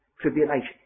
Tribulation